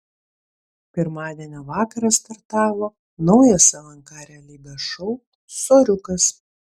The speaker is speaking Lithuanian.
pirmadienio vakarą startavo naujas lnk realybės šou soriukas